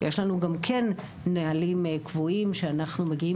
יש לנו נהלים קבועים שאנחנו מגיעים